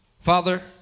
Father